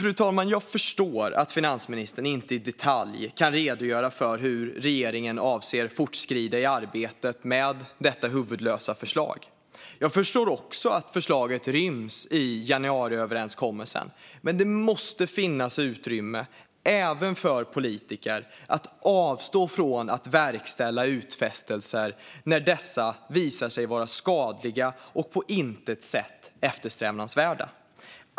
Fru talman! Jag förstår att finansministern inte i detalj kan redogöra för hur regeringen avser att fortskrida i arbetet med detta huvudlösa förslag. Jag förstår också att förslaget ryms i januariöverenskommelsen. Men det måste finnas utrymme även för politiker att avstå från att verkställa utfästelser när dessa visar sig vara skadliga och på intet sätt eftersträvansvärda.